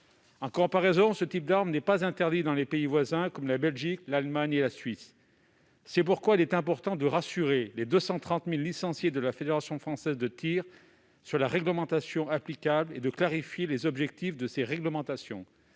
je rappelle que ce type d'arme n'est pas interdit dans les pays voisins, comme la Belgique, l'Allemagne et la Suisse. C'est pourquoi il est important de rassurer les 230 000 licenciés de la Fédération française de tir sur la réglementation applicable et de clarifier les objectifs de cette dernière.